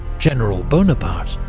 general bonaparte.